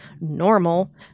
normal